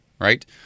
Right